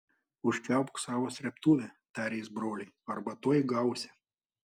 užčiaupk savo srėbtuvę tarė jis broliui arba tuoj gausi